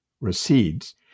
recedes